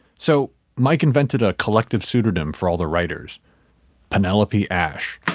so mike invented a collective pseudonym for all the writers penelope asch